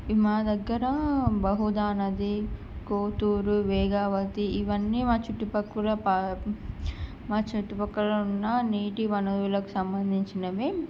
ఈ మా దగ్గర బహుధా నది కోటూరు వేగావతి ఇవన్నీ మా చుట్టుపక్కల పా మా చుట్టుపక్కల ఉన్న నీటి వనరులకు సంబంధించినవి